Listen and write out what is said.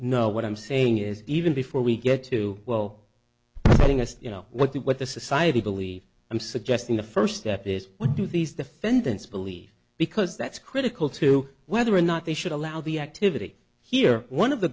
no what i'm saying is even before we get to well something as you know what the what the society believes i'm suggesting the first step is what do these defendants believe because that's critical to whether or not they should allow the activity here one of the